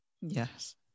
Yes